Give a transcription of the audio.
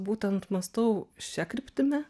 būtent mąstau šia kryptimi